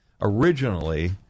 originally